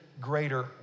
greater